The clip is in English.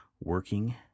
working